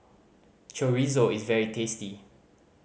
chorizo is very tasty